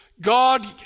God